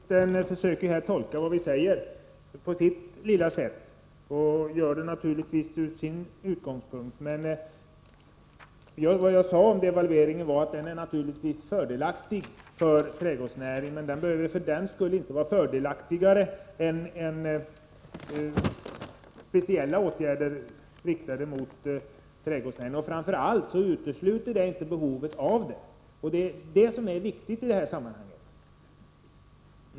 Herr talman! Jordbruksministern försöker här tolka vad vi säger på sitt eget sätt. Han gör det naturligtvis från sin utgångspunkt. Vad jag sade om devalveringen var att den givetvis är fördelaktig för trädgårdsnäringen. Men för den skull behöver den inte vara fördelaktigare än speciella åtgärder riktade mot trädgårdsnäringen. Framför allt utesluter inte devalveringen särskilda insatser. Det finns ett behov av sådana, och det är det som är viktigt i detta sammanhang.